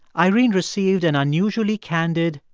irene received an unusually candid,